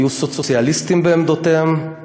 היו סוציאליסטים בעמדותיהם,